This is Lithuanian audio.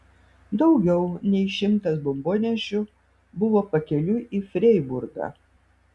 daugiau nei šimtas bombonešių buvo pakeliui į freiburgą